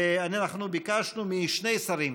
אנחנו ביקשנו משני שרים,